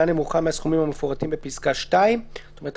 נמוכה מהסכומים המפורטים בפסקה (2);" זאת אומרת,